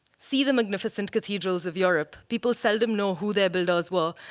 see the magnificent cathedrals of europe. people seldom know who their builders were,